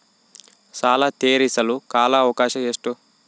ಸಾಲ ತೇರಿಸಲು ಕಾಲ ಅವಕಾಶ ಎಷ್ಟು?